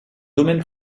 domaine